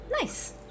Nice